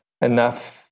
enough